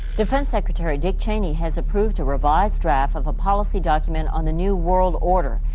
defense secretary dick cheney has approved a revised draft of a policy document on the new world order.